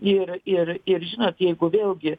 ir ir ir žinot jeigu vėlgi